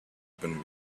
been